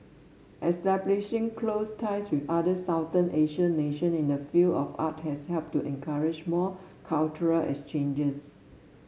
establishing close ties with other Southeast Asian nation in the field of art has helped to encourage more cultural exchanges